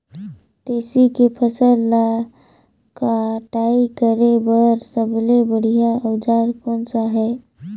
तेसी के फसल ला कटाई करे बार सबले बढ़िया औजार कोन सा हे?